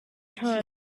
time